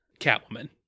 Catwoman